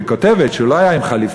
והיא כותבת שהוא לא היה עם חליפה,